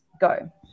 go